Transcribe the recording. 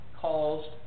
caused